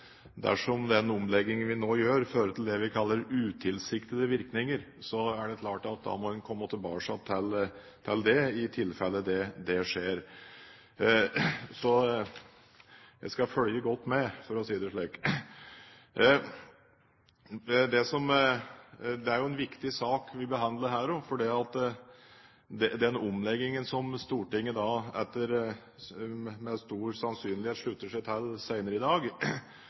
det klart at man må komme tilbake til det – i tilfellet det skjer. Jeg skal følge godt med, for å si det slik. Det er jo en viktig sak vi behandler her, for med den omleggingen som Stortinget med stor sannsynlighet slutter seg til senere i dag,